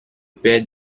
père